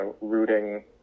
rooting